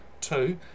Two